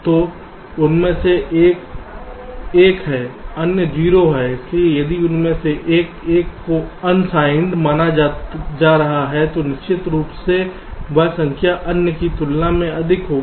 तो उनमें से एक 1 है अन्य 0 है इसलिए यदि उनमें से एक 1 को अनसेनेड माना जा रहा है तो निश्चित रूप से वह संख्या अन्य की तुलना में अधिक होगी